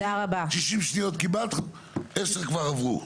60 שניות קיבלת, 10 כבר עברו.